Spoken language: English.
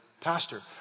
pastor